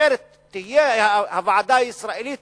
אחרת, תהיה הוועדה הישראלית